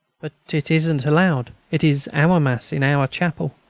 but it isn't allowed. it is our mass, in our chapel.